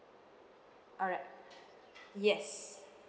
alright yes